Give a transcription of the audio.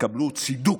יקבלו צידוק,